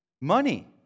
money